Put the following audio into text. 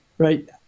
Right